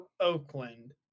Oakland